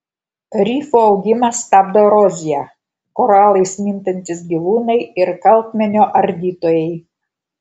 rifų augimą stabdo erozija koralais mintantys gyvūnai ir kalkakmenio ardytojai